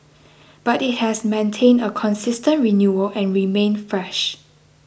but it has maintained a consistent renewal and remained fresh